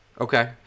Okay